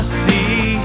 see